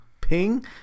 Ping